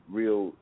real